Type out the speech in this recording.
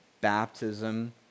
baptism